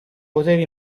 potere